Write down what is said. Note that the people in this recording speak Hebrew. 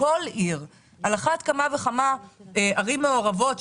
על אחת כמה וכמה בערים מעורבות,